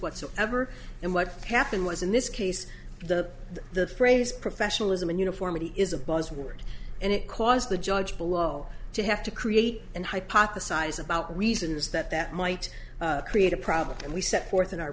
whatsoever and what happened was in this case the the phrase professionalism and uniformity is a buzzword and it caused the judge below to have to create and hypothesize about reasons that that might create a problem and we set forth in our